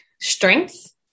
strength